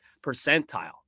percentile